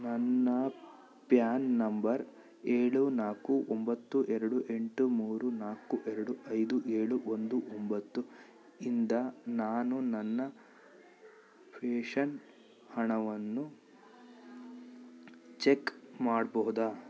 ನನ್ನ PAN number ಏಳು ನಾಲ್ಕು ಒಂಬತ್ತು ಎರಡು ಎಂಟು ಮೂರು ನಾಲ್ಕು ಎರಡು ಐದು ಏಳು ಒಂದು ಒಂಬತ್ತು ಇಂದ ನಾನು ನನ್ನ ಫೇಷನ್ ಹಣವನ್ನು ಚೆಕ್ ಮಾಡಬಹುದಾ